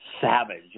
savage